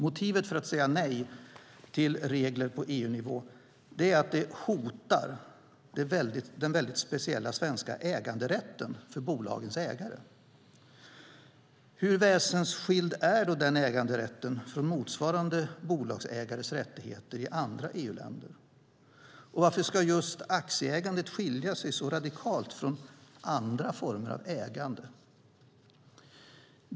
Motivet för att säga nej till regler på EU-nivå är att det hotar den väldigt speciella svenska äganderätten för bolagens ägare. Hur väsensskild är då den äganderätten från motsvarande bolagsägares rättigheter i andra EU-länder? Och varför ska just aktieägandet skilja sig radikalt från andra former av ägande?